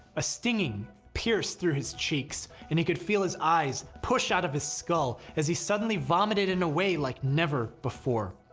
a stinging pierced through his cheeks and he could feel his eyes push out of his skull as he suddenly vomited in a way like never before.